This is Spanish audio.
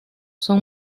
son